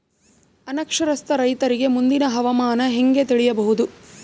ಅನಕ್ಷರಸ್ಥ ರೈತರಿಗೆ ಮುಂದಿನ ಹವಾಮಾನ ಹೆಂಗೆ ತಿಳಿಯಬಹುದು?